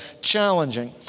challenging